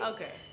Okay